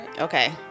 Okay